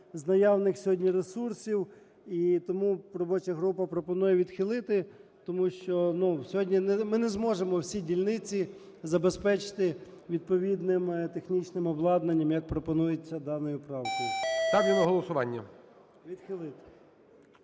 з наявних сьогодні ресурсів і тому робоча група пропонує відхилити, тому що, ну, сьогодні ми не зможемо всі дільниці забезпечити відповідним технічним обладнанням, як пропонується даною правкою.